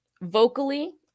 vocally